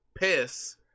piss